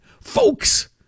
folks